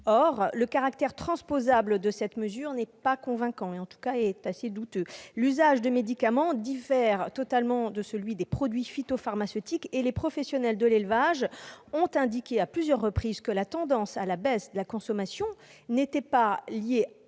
Or le caractère transposable de cette mesure n'est pas convaincant. En tout état de cause, il est assez douteux ! L'usage de médicaments diffère totalement de celui des produits phytopharmaceutiques. En outre, les professionnels de l'élevage ont indiqué à plusieurs reprises que la tendance à la baisse de la consommation était liée